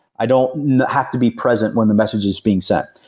i don't have to be present when the message is being sent.